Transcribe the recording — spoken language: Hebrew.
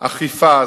אכיפה,